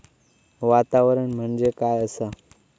वातावरण म्हणजे काय असा?